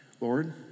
Lord